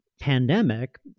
pandemic